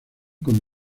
con